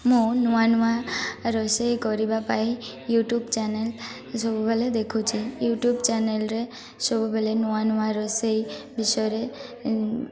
ମୁଁ ନୂଆ ନୂଆ ରୋଷେଇ କରିବା ପାଇଁ ୟୁଟ୍ୟୁବ୍ ଚ୍ୟାନେଲ୍ ସବୁବେଳେ ଦେଖୁଛି ୟୁଟ୍ୟୁବ୍ ଚ୍ୟାନେଲ୍ରେ ସବୁବେଳେ ନୂଆ ନୂଆ ରୋଷେଇ ବିଷୟରେ